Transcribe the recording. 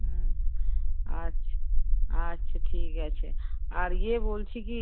হুম আচ্ছা আচ্ছা ঠিক আছে আর ইয়ে বলছি কি